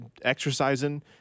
exercising –